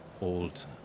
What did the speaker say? old